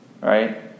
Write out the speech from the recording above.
right